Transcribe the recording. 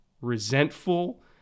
resentful